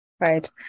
Right